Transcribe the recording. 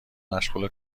مشغول